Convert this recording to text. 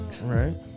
Right